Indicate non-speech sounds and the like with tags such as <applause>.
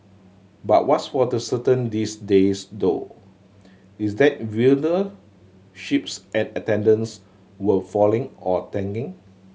but what's for the certain these days though is that <unintelligible> ships and attendance were falling or tanking